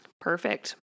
Perfect